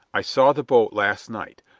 i saw the boat last night.